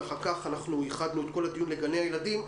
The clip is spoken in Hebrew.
ואחר כך ייחדנו את כל הדיון לגני ילדים.